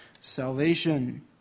salvation